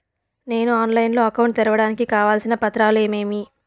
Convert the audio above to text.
నేను ఆన్లైన్ లో అకౌంట్ తెరవడానికి కావాల్సిన పత్రాలు ఏమేమి?